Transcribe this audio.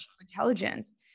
intelligence